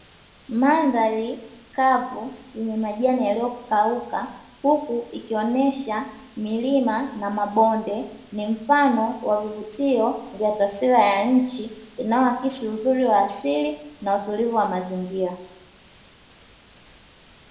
Mandhari kavu yenye majani yaliokauka huku ikionesha milima na mabonde ni mfano wa vivutio vya taswira ya nchi inayoakisi uzuri wa asili na utulivu wa mazingira.